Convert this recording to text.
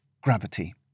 gravity